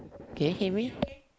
can you hear me